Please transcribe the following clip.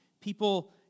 people